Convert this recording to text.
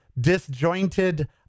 disjointed